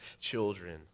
children